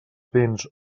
béns